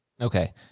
Okay